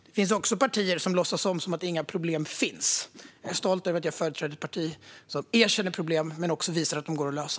Det finns också partier som låtsas om som att inga problem finns. Jag är stolt över att företräda ett parti som erkänner problem men också visar att de går att lösa.